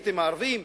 הייתם עם הערבים.